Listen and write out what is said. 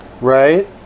Right